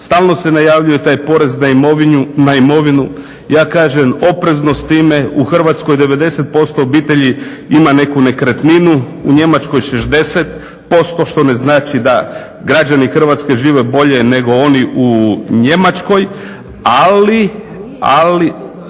stalno se najavljuje taj porez na imovinu. Ja kažem oprezno s time, u Hrvatskoj 90% obitelji ima neku nekretninu, u Njemačkoj 60% što ne znači da građani Hrvatske žive bolje nego oni u Njemačkoj. Ali